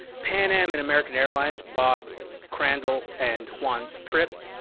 pan am and american airlines, bob crandall and juan trippe,